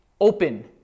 open